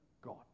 God